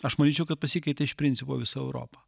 aš manyčiau kad pasikeitė iš principo visa europa